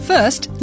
First